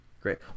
Great